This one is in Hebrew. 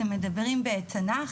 אתם מדברים בתנ"ך,